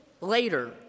later